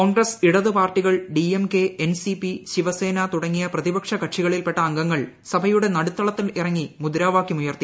കോൺഗ്രസ് ഇടതു പാർട്ടികൾ ഡിഎംകെ എൻസിപി ശിവസേന തുടങ്ങിയ പ്രതിപക്ഷ കക്ഷികളിൽപ്പെട്ട അംഗങ്ങൾ സഭയുടെ നടുത്തളത്തിൽ ഇറങ്ങി മുദ്രാവാക്യമുയർത്തി